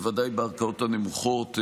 בוודאי בערכאות הנמוכות,